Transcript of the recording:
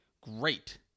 great